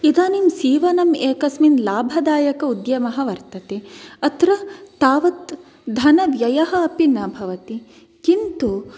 इदानीं सीवनम् एकस्मिन् लाभदायक उद्यमः वर्तते अत्र तावत् धनव्ययः अपि न भवति किन्तु